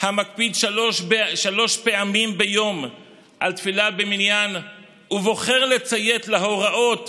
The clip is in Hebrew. המקפיד שלוש פעמים ביום על תפילה במניין ובוחר לציית להוראות